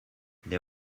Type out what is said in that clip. they